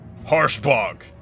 Harshbog